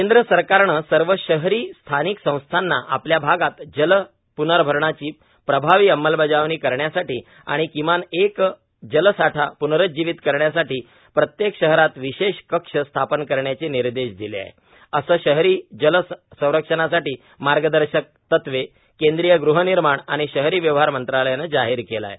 केंद्र सरकारनं सर्व शहरी स्थानिक संस्थांना आपल्या भागात जल पनर्भरणाची प्रभावी अंमलबजावणी करण्यासाठी आणि किमान एक जलसाठा प्नरुज्जीवित करण्यासाठी प्रत्येक शहरात विशेष कक्ष स्थापन करण्याचे निर्देश दिले आहे असं शहरी जल संरक्षणासाठी मार्गदर्शक तत्त्वे केंद्रीय गृहनिर्माण आणि शहरी व्यवहार मंत्रालयानं जाहीर केलं आहे